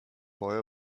boy